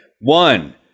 One